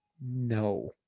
no